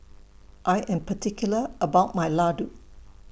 I Am particular about My Ladoo